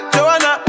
Joanna